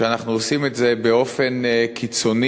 כשאנחנו עושים את זה באופן קיצוני,